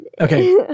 Okay